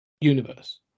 universe